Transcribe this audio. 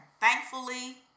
Thankfully